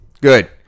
Good